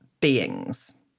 beings